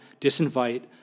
disinvite